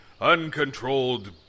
uncontrolled